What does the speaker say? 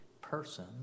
person